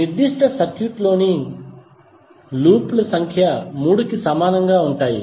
నిర్దిష్ట సర్క్యూట్ లోని లూప్ లు 3 కి సమానంగా ఉంటాయి